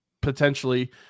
potentially